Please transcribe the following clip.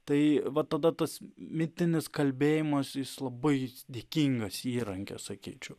tai vat tada tas mitinis kalbėjimas jis labai dėkingas įrankis sakyčiau